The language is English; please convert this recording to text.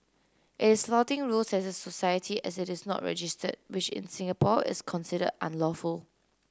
is flouting rules as a society as it is not registered which in Singapore is considered unlawful